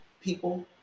people